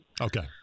Okay